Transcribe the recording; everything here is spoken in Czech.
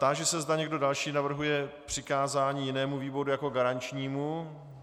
Táži se, zda někdo další navrhuje přikázání jinému výboru jako garančnímu.